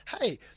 hey